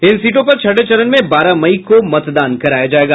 इन सीटों पर छठे चरण में बारह मई को मतदान कराया जायेगा